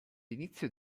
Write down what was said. inizio